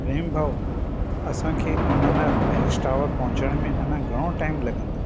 रहीम भाउ असां खे अमरनाथ महेश टावर पहुचण में अञा घणो टाइम लॻंदो